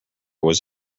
was